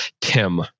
Tim